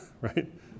right